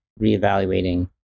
reevaluating